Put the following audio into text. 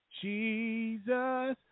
Jesus